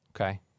Okay